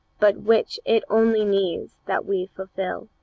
but which it only needs that we fulfil.